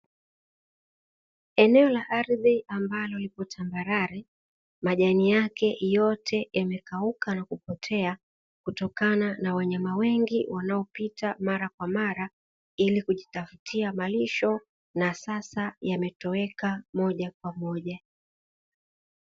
Eneo la ardhi ambalo lipo tambarare majani yake yote yamekauka na kupotea kutokana na wanyama wengi wanaopita mara kwa mara, ili kujitafutia malisho na sasa yametoweka moja kwa moja.